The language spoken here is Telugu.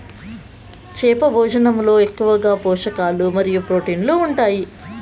చేప భోజనంలో ఎక్కువగా పోషకాలు మరియు ప్రోటీన్లు ఉంటాయి